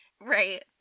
Right